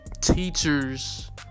teachers